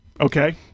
Okay